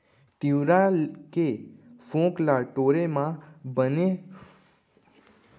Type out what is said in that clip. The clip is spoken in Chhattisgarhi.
तिंवरा के फोंक ल टोरे म बने फदकही का?